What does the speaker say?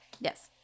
Yes